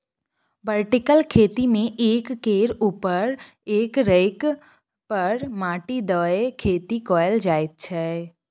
vertical खेती मे एक केर उपर एक रैक पर माटि दए खेती कएल जाइत छै